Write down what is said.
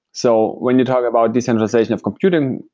so when you talk about decentralization of computer,